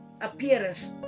appearance